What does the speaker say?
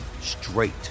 straight